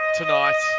tonight